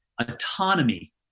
autonomy